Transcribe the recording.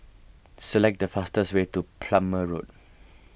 select the fastest way to Plumer Road